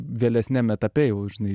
vėlesniam etape jau žinai